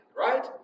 right